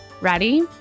Ready